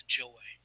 joy